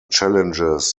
challenges